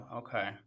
okay